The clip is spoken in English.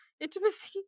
intimacy